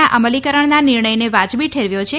ના અમલીકરણના નિર્ણયને વાજબી ઠેરવ્યો છે